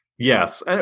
Yes